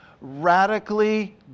radically